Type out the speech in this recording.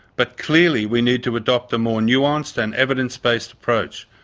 but clearly we need to adopt a more nuanced and evidence-based approach.